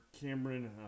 Cameron